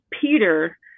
Peter